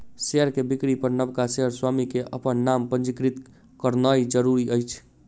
share के बिक्री पर नबका शेयर स्वामी के अपन नाम पंजीकृत करौनाइ जरूरी अछि